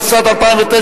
התשס"ט 2009,